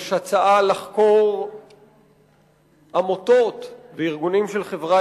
יש הצעה לחקור עמותות וארגונים של חברה